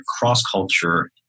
cross-culture